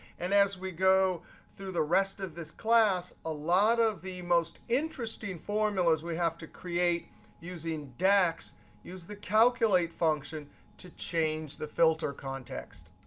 and as we go through the rest of this class, a lot of the most interesting formulas we have to create using dax use the calculate function to change change the filter context.